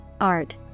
art